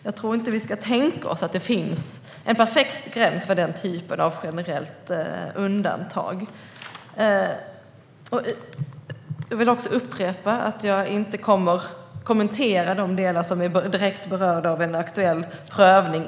Jag tror inte att vi ens ska tänka att det finns en perfekt gräns för sådana undantag. Jag vill upprepa att jag inte kommer att kommentera de delar som är direkt berörda av en aktuell domstolsprövning.